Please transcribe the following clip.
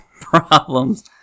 problems